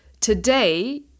Today